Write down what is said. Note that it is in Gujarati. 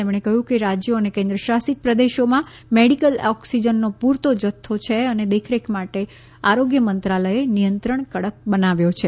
તેમણે કહ્યું કે રાજયો અને કેન્દ્રશાસિત પ્રદેશોમાં મેડિકલ ઓકસીજનનો પૂરતો જથ્થાની દેખરેખ માટે આરોગ્ય મંત્રાલયે નિયંત્રણ કડક બનાવ્યો છે